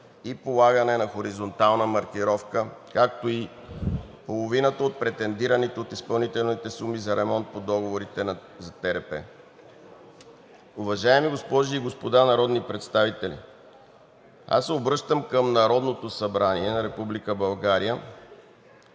и полагане на хоризонтална маркировка, както и половината от претендираните от изпълнителите суми за ремонт по договорите за ТРП. Уважаеми госпожи и господа народни представители, аз се обръщам към Народното събрание на